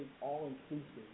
all-inclusive